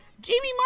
Jamie